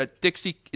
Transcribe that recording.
Dixie